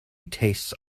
tastes